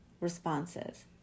responses